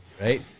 right